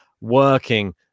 working